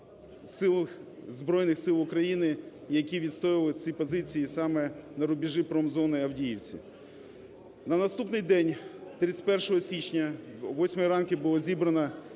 Збройних Сил України, які відстоювали ці позиції саме на рубежі промзони в Авдіївці. На наступний день, 31 січня, о восьмій ранку було зібрано